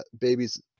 babies